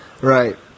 Right